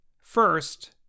First